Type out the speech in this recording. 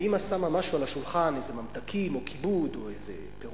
ואמא שמה משהו על השולחן, ממתקים, כיבוד או פירות,